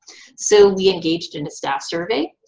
so we engaged in a staff survey.